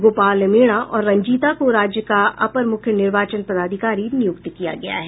गोपाल मीना और रंजीता को राज्य का अपर मुख्य निर्वाचन पदाधिकारी नियुक्त किया गया है